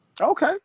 Okay